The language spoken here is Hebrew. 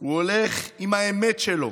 הוא הולך עם האמת שלו.